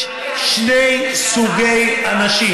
יש שני סוגי אנשים,